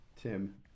Tim